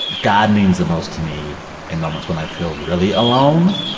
god means the most to me in moments when i feel really alone.